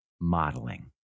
modeling